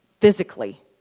physically